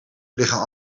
liggen